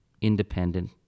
independent